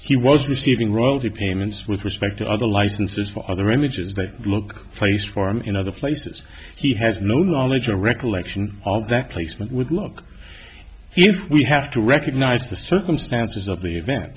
he was receiving wrote the payments with respect to other licenses for other images that look faced for him in other places he has no knowledge or recollection of that placement would look if we have to recognize the circumstances of the event